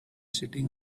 sitting